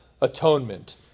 atonement